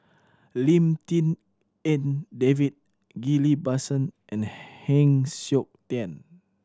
Lim Tik En David Ghillie Basan and Heng Siok Tian